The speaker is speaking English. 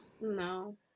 No